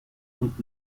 und